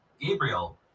Gabriel